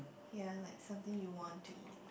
ya like something you want to eat